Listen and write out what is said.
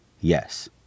Yes